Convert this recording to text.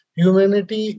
humanity